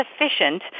efficient